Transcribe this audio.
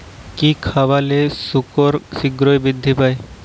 কি খাবালে শুকর শিঘ্রই বৃদ্ধি পায়?